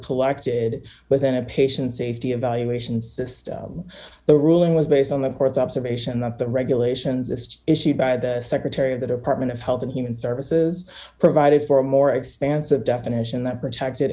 collected within a patient safety evaluation system the ruling was based on the court's observation that the regulations just issued by the secretary of the department of health and human services provided for a more expansive definition that protected